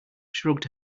shrugged